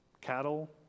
cattle